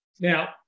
Now